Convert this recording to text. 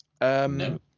No